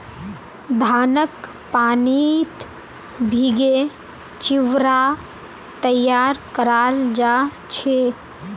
धानक पानीत भिगे चिवड़ा तैयार कराल जा छे